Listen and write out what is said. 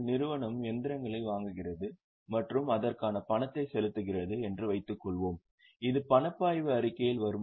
நிறுவனம் இயந்திரங்களை வாங்குகிறது மற்றும் அதற்கான பணத்தை செலுத்துகிறது என்று வைத்துக்கொள்வோம் இது பணப்பாய்வு அறிக்கையில் வருமா